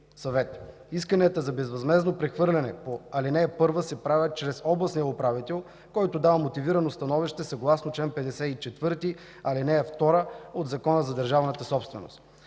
Исканията за безвъзмездно прехвърляне по ал. 1 се правят чрез областния управител, който дава мотивирано становище съгласно чл. 54, ал. 2 от Закона за държавната собственост.